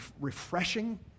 refreshing